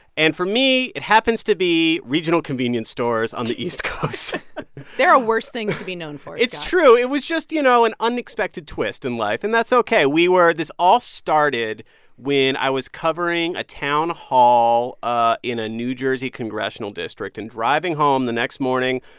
and for me, it happens to be regional convenience stores on the east coast there are worse things to be known for, scott it's true. it was just, you know, an unexpected twist in life. and that's ok. we were this all started when i was covering a town hall ah in a new jersey congressional district. and driving home the next morning,